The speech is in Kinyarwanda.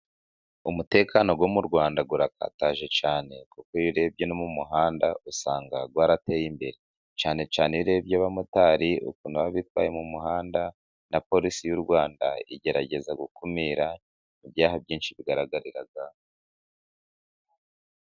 Umutekano wo mu Rwanda urakataje cyane kuko iyo urebye no mu muhanda usanga warateye imbere cyane cyane iyo urebye abamotari ukuntu baba bitwaye mu muhanda. Na polisi y'u Rwanda igerageza gukumira ibyaha byinshi bigaragarira.